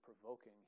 provoking